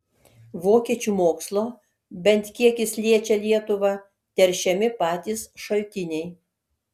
vokiečių mokslo bent kiek jis liečią lietuvą teršiami patys šaltiniai